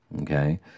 okay